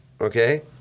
okay